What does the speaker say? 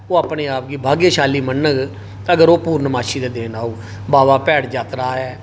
अपने आप गी भाग्यशाली मन्नग अगर ओह् पूर्णमाशी दे दिन औग बाबा भैड़ यात्रा ऐ